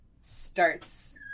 starts